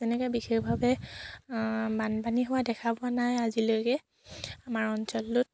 যেনেকৈ বিশেষভাৱে বানপানী হোৱা দেখা পোৱা নাই আজিলৈকে আমাৰ অঞ্চলটোত